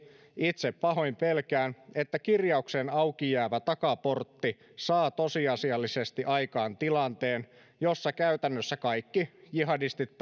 itse pahoin pelkään että kirjaukseen auki jäävä takaportti saa tosiasiallisesti aikaan tilanteen jossa käytännössä kaikki jihadistit